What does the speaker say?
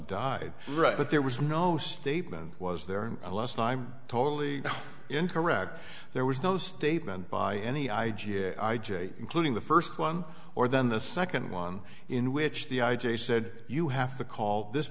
died right but there was no statement was there a lesson i'm totally incorrect there was no statement by any i g a i j a including the first one or then the second one in which the i j a said you have to call this